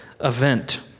event